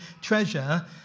treasure